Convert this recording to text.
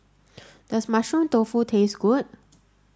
does mushroom tofu taste good